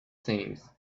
things